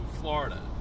Florida